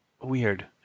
weird